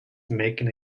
making